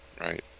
Right